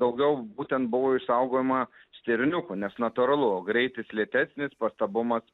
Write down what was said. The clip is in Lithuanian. daugiau būtent buvo išsaugojama stirniukų nes natūralu greitis lėtesnis pastabumas